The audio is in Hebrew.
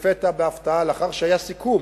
לפתע, בהפתעה, לאחר שהיה סיכום,